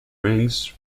rings